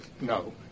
no